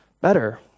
better